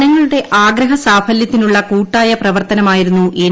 ജനങ്ങളുടെ ആഗ്രഹ സാഫലൃത്തിനുള്ള കൂട്ടായ പ്രവർത്തനമായിരുന്നു എൻ